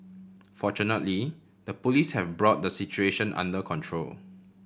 fortunately the Police have brought the situation under control